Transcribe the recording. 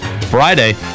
Friday